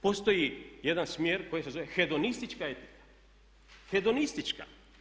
Postoji jedan smjer koji se zove hedonistička etika, hedonistička.